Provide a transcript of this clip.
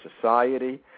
society